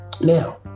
Now